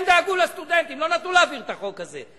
הם דאגו לסטודנטים, לא נתנו להעביר את החוק הזה.